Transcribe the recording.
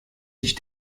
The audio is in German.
sich